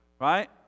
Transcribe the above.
Right